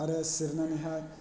आरो सिरिनानैहाय